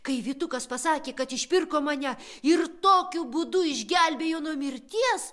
kai vytukas pasakė kad išpirko mane ir tokiu būdu išgelbėjo nuo mirties